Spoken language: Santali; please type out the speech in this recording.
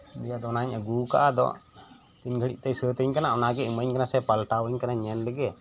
ᱫᱤᱭᱮ ᱟᱫᱚ ᱚᱱᱟᱧ ᱟᱹᱜᱩ ᱟᱠᱟᱫᱟ ᱟᱫᱚ ᱛᱤᱱᱜᱷᱟᱹᱲᱤᱡ ᱛᱮᱭ ᱥᱟᱹᱛᱟᱹᱧ ᱠᱟᱱᱟ ᱚᱱᱟᱜᱮᱭ ᱤᱢᱟᱹᱧ ᱠᱟᱱᱟ ᱥᱮᱭ ᱯᱟᱞᱴᱟᱣᱟᱹᱧ ᱠᱟᱱᱟ ᱚᱱᱟᱜᱤᱧ ᱧᱮᱞ ᱞᱮᱜᱮ